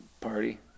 party